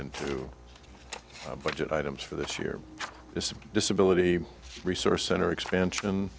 into a budget items for this year is a disability resource center expansion